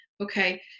okay